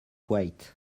wait